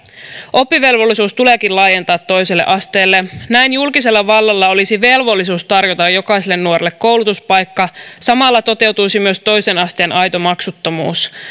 oppivelvollisuus tuleekin laajentaa toiselle asteelle näin julkisella vallalla olisi velvollisuus tarjota jokaiselle nuorelle koulutuspaikka samalla toteutuisi myös toisen asteen aito maksuttomuus